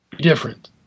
Different